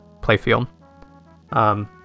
playfield